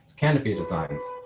canopy designs.